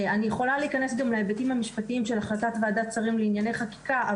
אני יכולה להיכנס להיבטים המשפטיים של החלטת ועדת שרים לענייני חקיקה,